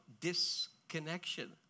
disconnection